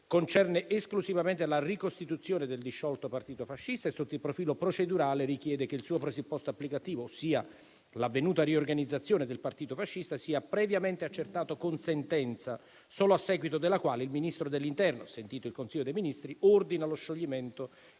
concerne esclusivamente la ricostituzione del disciolto partito fascista e, sotto il profilo procedurale, richiede che il suo presupposto applicativo, ossia l'avvenuta riorganizzazione del partito fascista, sia previamente accertato con sentenza solo a seguito della quale il Ministro dell'interno, sentito il Consiglio dei ministri, ordina lo scioglimento e la confisca